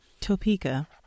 Topeka